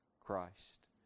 Christ